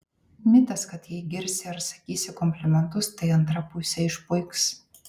mitas kad jei girsi ar sakysi komplimentus tai antra pusė išpuiks